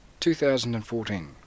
2014